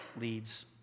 leads